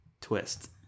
twist